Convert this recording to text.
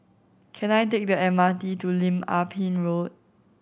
can I take the M R T to Lim Ah Pin Road